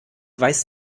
weiß